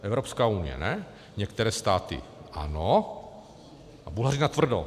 Evropská unie ne, některé státy ano a Bulhaři natvrdo.